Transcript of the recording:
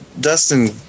Dustin